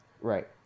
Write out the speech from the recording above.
Right